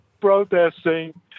protesting